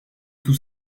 tout